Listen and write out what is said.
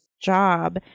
job